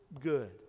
good